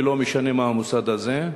ולא משנה מה המוסד הזה,